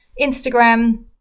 Instagram